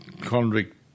convict